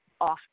often